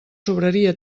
sobraria